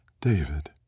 David